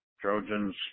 Trojans